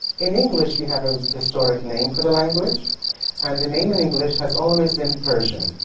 in english we have a historic name for the language and the name in english has always been persian.